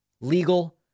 legal